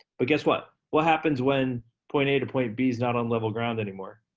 but guess what? what happens when point a to point b is not on level ground anymore?